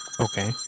okay